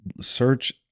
search